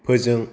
फोजों